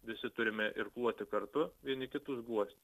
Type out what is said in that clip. visi turime irkluoti kartu vieni kitus guosti